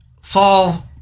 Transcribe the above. solve